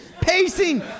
pacing